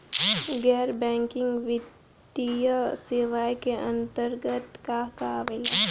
गैर बैंकिंग वित्तीय सेवाए के अन्तरगत का का आवेला?